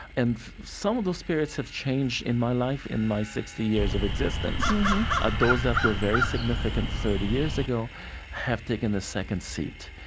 and some of those spirits have changed in my life, in my sixty years of existence mm-hmm ah those that were very significant thirty years ago have taken a second seat.